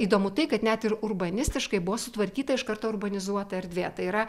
įdomu tai kad net ir urbanistiškai buvo sutvarkyta iš karto urbanizuota erdvė tai yra